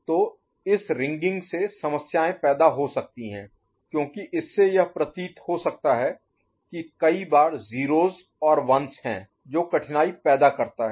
तो इस रिंगिंग से समस्याएँ पैदा हो सकती हैं क्योंकि इससे यह प्रतीत हो सकता है कि कई बार 0s और 1s हैं जो कठिनाई पैदा करता है